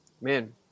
Man